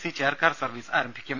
C chair car service ആരംഭിക്കും